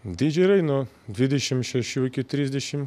dydžiai yra nuo dvidešimt šešių iki trisdešimt